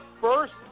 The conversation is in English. first